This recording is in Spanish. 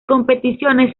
competiciones